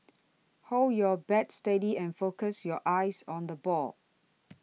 hold your bat steady and focus your eyes on the ball